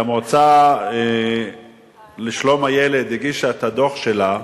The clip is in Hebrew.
כשהמועצה לשלום הילד הגישה את הדוח שלה,